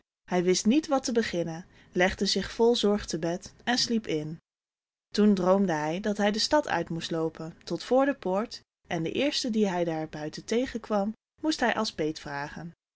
hij wist niet wat te beginnen legde zich vol zorg te bed en sliep in toen droomde hij dat hij de stad uit moest loopen tot voor de poort en den eersten dien hij daar buiten tegen kwam moest hij als peet vragen